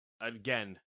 Again